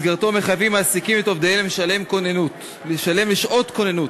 שבמסגרתו מחייבים מעסיקים את עובדיהם לשלם בשעות כוננות.